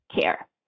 care